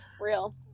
Real